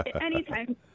anytime